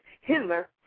Hitler